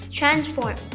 Transform